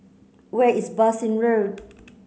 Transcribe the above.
where is Bassein Road